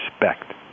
respect